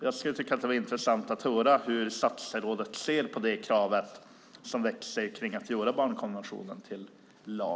Jag tycker att det kunde vara intressant att höra hur statsrådet ser på det krav som växer på att göra barnkonventionen till lag.